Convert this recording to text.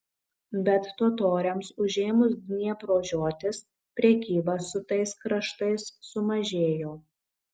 bet totoriams užėmus dniepro žiotis prekyba su tais kraštais sumažėjo